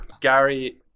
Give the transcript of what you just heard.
Gary